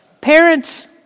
Parents